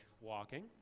walking